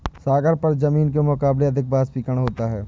सागरों पर जमीन के मुकाबले अधिक वाष्पीकरण होता है